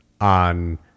on